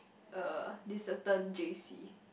uh this certain J_C